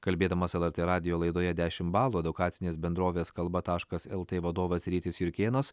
kalbėdamas lrt radijo laidoje dešim balų edukacinės bendrovės kalba taškas lt vadovas rytis jurkėnas